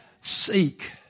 Seek